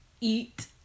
eat